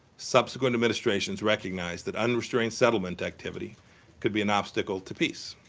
subsequent administrations recognized that unrestrained settlement activity could be an obstacle to peace,